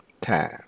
time